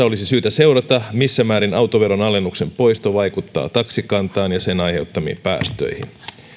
olisi syytä seurata missä määrin autoveron alennuksen poisto vaikuttaa taksikantaan ja sen aiheuttamiin päästöihin